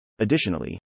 Additionally